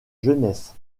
jeunesse